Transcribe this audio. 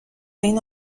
این